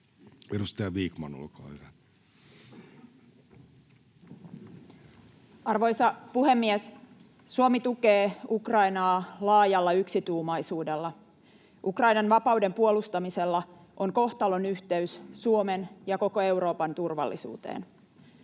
Edustaja Vikman, olkaa hyvä. Arvoisa puhemies! Suomi tukee Ukrainaa laajalla yksituumaisuudella. Ukrainan vapauden puolustamisella on kohtalonyhteys Suomen ja koko Euroopan turvallisuuteen.